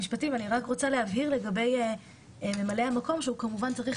אני רוצה להבהיר לגבי ממלאי המקום שהוא צריך